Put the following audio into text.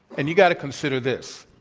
and you got to consider this.